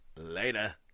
Later